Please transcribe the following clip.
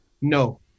No